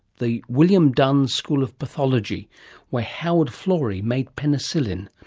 the william dunn school of pathology where howard florey made penicillin.